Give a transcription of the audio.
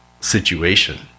situation